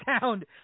sound